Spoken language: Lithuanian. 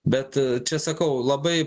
bet čia sakau labai